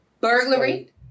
Burglary